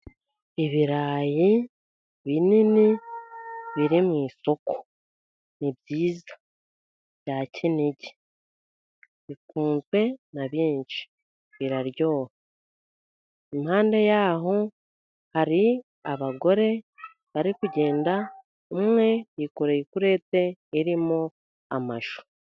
Ibirayi binini biri mu isoko. Ni byiza bya Kinigi. Bikunzwe na benshi, biraryoha. Impande yaho hari abagore bari kugenda, umwe yikoreye ikurete irimo amashu.